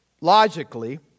logically